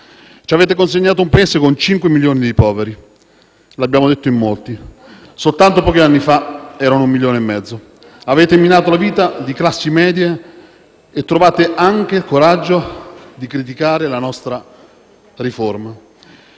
ci avete consegnato un Paese con cinque milioni di poveri, l'abbiamo detto in molti. Soltanto pochi anni fa erano un milione e mezzo. Avete minato la vita delle classi medie e trovate anche il coraggio di criticare la nostra riforma.